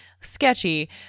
sketchy